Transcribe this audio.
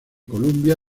columbia